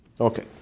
Okay